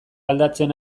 aldatzen